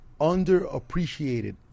underappreciated